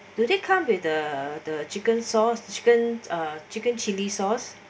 do they come with the the chicken sauce chicken uh chicken chili sauce